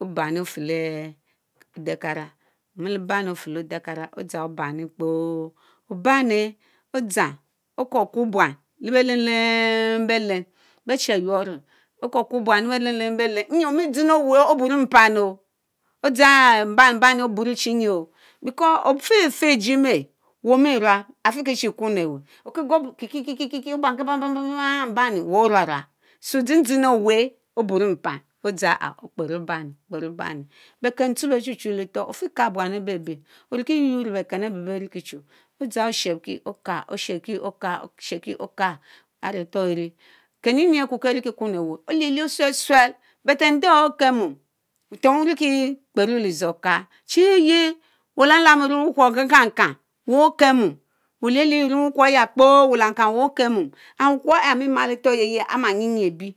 Omile bami ofier Odzang Omie Cam beliey féléch odehkang, te odehkang adzang obanvi kpor beelen Obanne len lennns won can le beh len leman beh lenn Ingi omi dijen owen oburo kwo buan le béê beh oheh yuore kwo elmbam Sani mpan ohh odgang Oburo Chinyious because; efeh fehh Ejie emeh wheréh omiráb afpexi Ejie emer chi Kwom leh wen kikie tie weh le wer ba ba ban. Oriki kworr obom banni Oburo chi nyicha because ofen fehh ejie imeh omi to wrab afikie chi kwom ariki kwon Kikis Kie Obam Garmi vels ohh wrás wrát so desen dysen Owenh Obura mpann, beken to okpero bani okрост tsuch beth chry chu lé etor ofeh ka buan ebébé oriki yuor your le békén abeh benkichu Odza otchebreki oka otches Ki oka otchebki oká arétor Eri Keni nie akue ken rieki komleweh olich vien osuelsuel but ajeh Okeh mom butem burieki kpero ledzor oká chi eyehh wue dam- Lam erum wukovor kakakarh wel, okeh momn weh oich lich from wukwor eyakpor whereh okemom and wukwor ehh ehh ami ma lé tór eyehh yeh ama nyinyie ebie.